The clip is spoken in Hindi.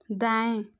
दाएँ